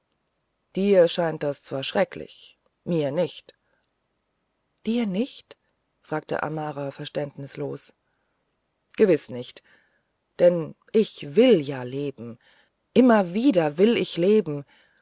dir scheint das zwar schrecklich mir nicht nicht dir fragte amara verständnislos gewiß nicht denn ich will ja leben immer wieder will ich leben